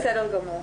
בסדר גמור.